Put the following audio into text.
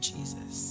Jesus